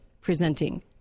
presenting